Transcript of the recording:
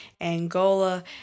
Angola